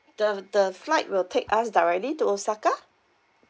the the flight will take us directly to osaka